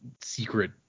secret